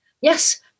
Yes